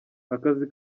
akazi